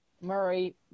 Murray